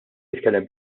jitkellem